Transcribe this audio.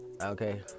Okay